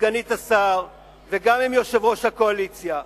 סגנית השר, וגם עם יושב-ראש הקואליציה,